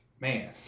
man